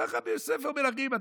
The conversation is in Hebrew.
ככה בספר מלכים,